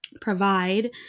provide